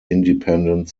independent